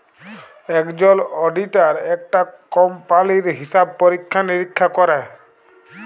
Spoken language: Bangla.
একজল অডিটার একটা কম্পালির হিসাব পরীক্ষা লিরীক্ষা ক্যরে